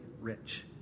rich